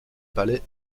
palais